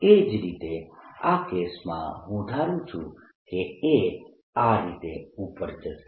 એ જ રીતે આ કેસમાં હું ધારું છું કે A આ રીતે ઉપર જશે